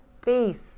Peace